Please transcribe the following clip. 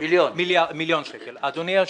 אדוני היושב-ראש,